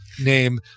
name